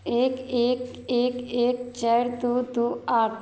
एक एक एक एक चारि दू दू आठ